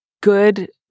good